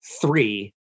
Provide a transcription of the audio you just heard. three